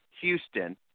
Houston